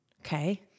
Okay